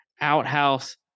outhouse